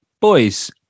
Boys